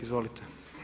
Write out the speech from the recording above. Izvolite.